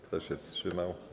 Kto się wstrzymał?